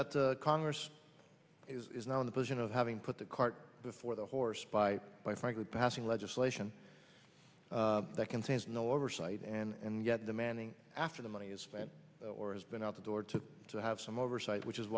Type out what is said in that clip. seems that congress is now in the position of having put the cart before the horse by by frankly passing legislation that contains no oversight and yet demanding after the money is spent or has been out the door to to have some oversight which is